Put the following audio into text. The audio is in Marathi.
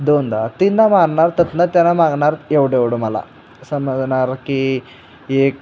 दोनदा तीनदा मारणार तिथून त्यांना मारणार एवढं एवढं मला समजणार की एक